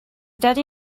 daddy